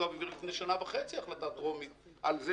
יואב קיש העביר לפני שנה וחצי בקריאה הטרומית הצעת